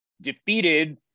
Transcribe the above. defeated